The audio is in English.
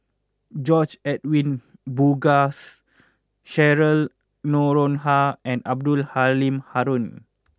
George Edwin Bogaars Cheryl Noronha and Abdul Halim Haron